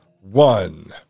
one